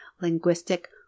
linguistic